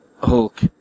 Hulk